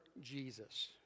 Jesus